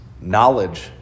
knowledge